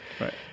Right